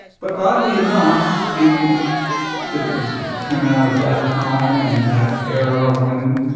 but oddly enough in that it was came out of that time and that era when